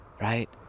Right